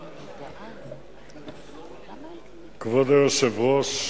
1. כבוד היושב-ראש,